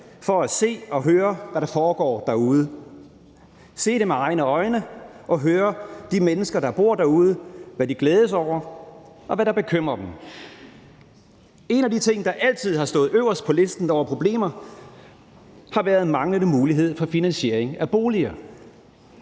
for at se og høre, hvad der foregår derude – se det med egne øjne og høre de mennesker, der bor derude, hvad de glædes over, og hvad der bekymrer dem. En af de ting, der altid har stået øverst på listen over problemer, har været manglende mulighed for finansiering af boliger.